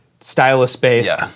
stylus-based